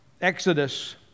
exodus